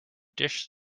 dish